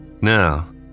Now